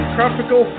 Tropical